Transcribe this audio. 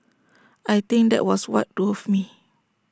I think that was what drove me